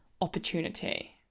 opportunity